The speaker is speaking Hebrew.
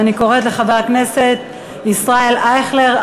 ואני קוראת לחבר הכנסת ישראל אייכלר,